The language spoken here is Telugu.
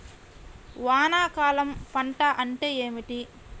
వానాకాలం పంట అంటే ఏమిటి?